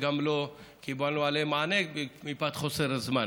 לא קיבלנו עליהן מענה מפאת קוצר הזמן.